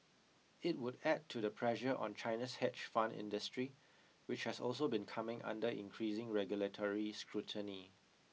it would add to the pressure on China's hedge fund industry which has also been coming under increasing regulatory scrutiny